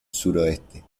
suroeste